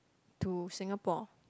to Singapore